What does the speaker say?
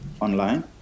online